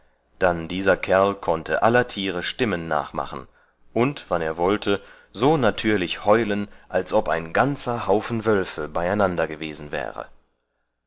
dann dieser kerl konnte aller tiere stimmen nachmachen und wann er wollte so natürlich heulen als ob ein ganzer haufen wölfe beieinander gewesen wäre